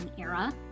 era